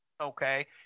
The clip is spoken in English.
okay